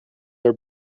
are